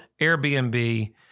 Airbnb